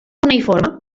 cuneïforme